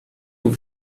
aux